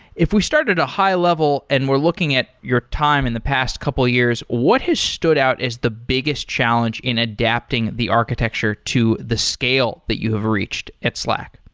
if we start at a high-level and we're looking at your time in the past couple of years, what has stood out as the biggest challenge in adapting the architecture to the scale that you have reached at slack?